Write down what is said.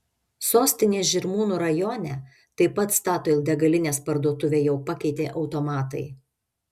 sostinės žirmūnų rajone taip pat statoil degalinės parduotuvę jau pakeitė automatai